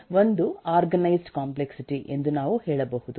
1 organised complexity ಎಂದು ನಾವು ಹೇಳಬಹುದು